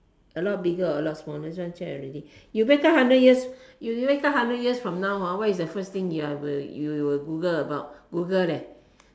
a lot bigger or a lot smaller this one share already you wake up hundred years you wake up hundred years from now hor what is the first thing you uh you will google about google leh